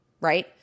right